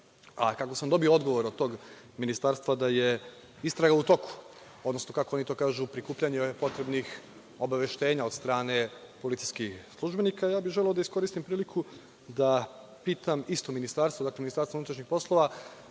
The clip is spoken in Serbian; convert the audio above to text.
a kako sam dobio odgovor od tog Ministarstva da je istraga u toku, odnosno kako oni to kažu, prikupljanje obaveštenja od strane policijskih službenika, ja bih želeo da iskoristim priliku da pitam isto Ministarstvo, MUP, da li je tom istragom obuhvaćeno i poslovanje